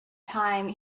time